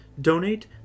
donate